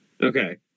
Okay